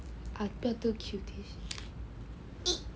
ah 不要太 cute